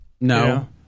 No